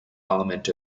element